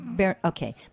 okay